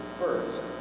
first